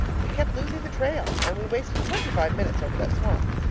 we kept losing the trail, and we wasted twenty-five minutes over that swamp.